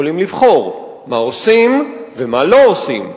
הם יכולים לבחור מה עושים ומה לא עושים.